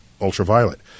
ultraviolet